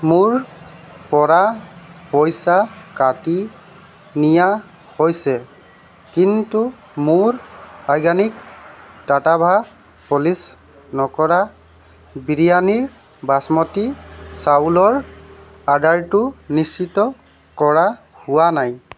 মোৰ পৰা পইচা কাটি নিয়া হৈছে কিন্তু মোৰ অৰ্গেনিক টাট্টাভা পলিচ নকৰা বিৰিয়ানীৰ বাচমতি চাউলৰ অৰ্ডাৰটো নিশ্চিত কৰা হোৱা নাই